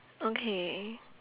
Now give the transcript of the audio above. okay